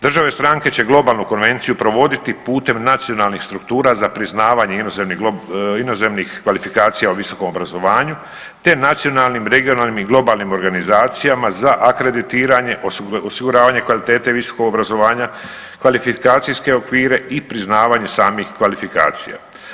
Države stranke će Globalnu konvenciju provoditi putem nacionalnih struktura za priznavanje inozemnih kvalifikacija o visokom obrazovanju, te nacionalnim, regionalnim i globalnim organizacijama za akreditiranje, osiguravanje kvalitete visokog obrazovanje, kvalifikacijske okvire i priznavanje samih kvalifikacija.